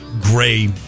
gray